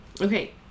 Okay